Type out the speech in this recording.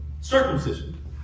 circumcision